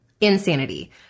Insanity